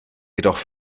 jedoch